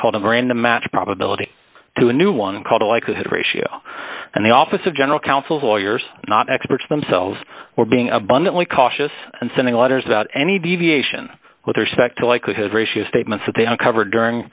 called a miranda match probability to a new one called the likelihood ratio and the office of general counsels lawyers not experts themselves were being abundantly cautious and sending letters about any deviation with respect to likelihood ratio statements that they don't cover during